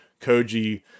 koji